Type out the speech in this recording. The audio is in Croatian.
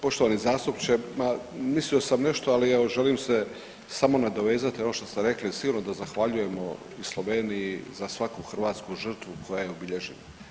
Evo, poštovani zastupniče, ma, mislio sam nešto, ali evo želim se samo nadovezati na ono što ste rekli, sigurno da zahvaljujemo Sloveniji za svaku hrvatsku žrtvu koja je obilježena.